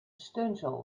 steunzool